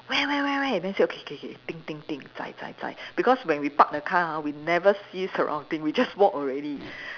where where where where then say okay okay okay think think think because when we park the car ha we never see surrounding we just walk already